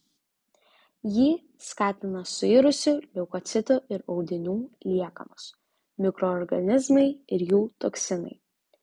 jį skatina suirusių leukocitų ir audinių liekanos mikroorganizmai ir jų toksinai